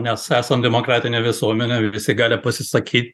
mes esam demokratinė visuomenė visi gali pasisakyt